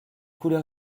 couleur